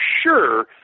sure –